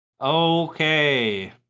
Okay